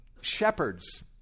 shepherds